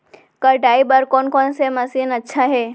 कटाई बर कोन कोन मशीन अच्छा हे?